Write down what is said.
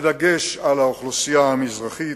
בדגש על האוכלוסייה המזרחית,